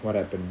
what happened